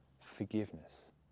forgiveness